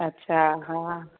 अच्छा हा